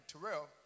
Terrell